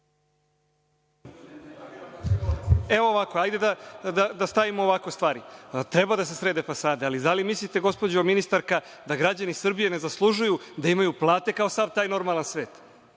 Evo ovako. Hajde da stavimo ovako stvari. Treba da se srede fasade, ali da mislite, gospođo ministarka, da građani Srbije ne zaslužuju da imaju plate kao sav taj normalan svet,